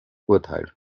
urteil